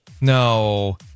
No